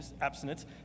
abstinence